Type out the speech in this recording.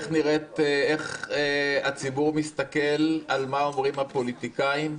איך הציבור מסתכל על מה שאומרים הפוליטיקאים,